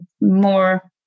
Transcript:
more